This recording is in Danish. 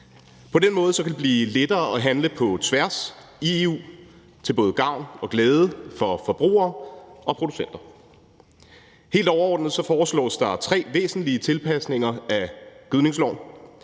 På den måde kan det blive lettere at handle på tværs i EU – til gavn og glæde for både forbrugere og producenter. Helt overordnet foreslås der tre væsentlige tilpasninger af gødningsloven.